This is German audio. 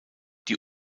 die